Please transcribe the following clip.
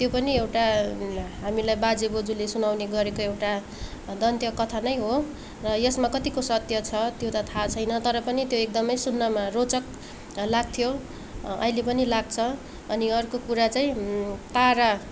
त्यो पनि एउटा हामीलाई बाजे बोजूले सुनाउने गरेको एउटा दन्त्य कथा नै हो र यसमा कतिको सत्य छ त्यो त थाहा छैन तर पनि त्यो एकदमै सुन्नमा रोचक लाग्थ्यो ऐले पनि लाग्छ अनि अर्को कुरा चाहिँ तारा